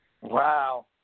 Wow